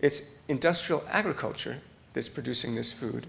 it's industrial agriculture this producing this food